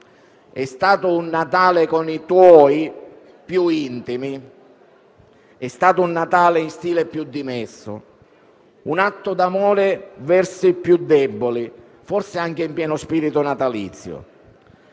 È stato "un Natale con i tuoi" più intimo ed in stile più dimesso, è stato un atto d'amore verso i più deboli, forse anche in pieno spirito natalizio.